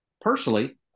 personally